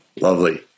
Lovely